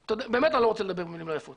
באמת שאני לא רוצה לדבר במילים לא יפות,